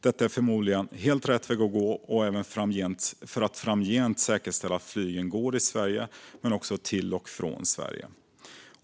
Detta är förmodligen helt rätt väg att gå för att framgent säkerställa att flygen går i Sverige men också till och från Sverige.